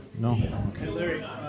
No